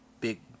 big